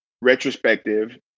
retrospective